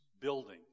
building